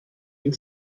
ihn